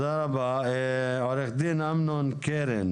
עו"ד אמנון קרן